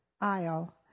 aisle